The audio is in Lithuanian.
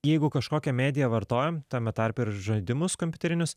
jeigu kažkokią mediją vartojam tame tarpe ir žaidimus kompiuterinius